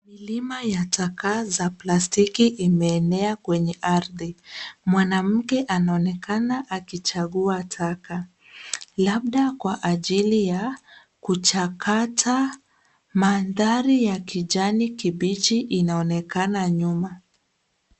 Milima ya takaa za plastiki imeenea kwenye ardhi. Mwanamke anaonekana akichagua taka labda kwa ajili ya kuchakata. Mandhari ya kijani kibichi inaonekana nyuma.